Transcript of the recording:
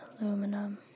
aluminum